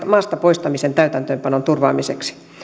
maasta poistamisen täytäntöönpanon turvaamiseksi